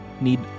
need